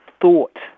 thought